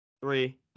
three